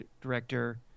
director